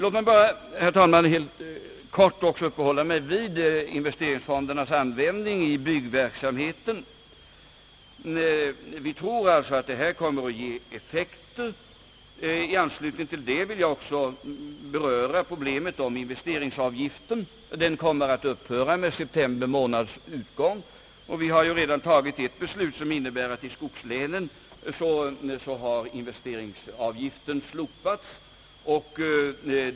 Låt mig bara, herr talman, helt kort få uppehålla mig även vid investeringsfondernas användning i byggverksamheten. Vi tror som sagt att detta kommer att ge resultat. I anslutning till det vill jag också beröra problemet om investeringsavgiften. Den kommer att upphöra med september månads ut gång, och vi har ju redan fattat ett beslut som innebär att investeringsavgiften slopats i skogslänen.